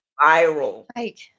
viral